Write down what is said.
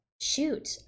shoot